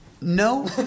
No